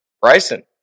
Bryson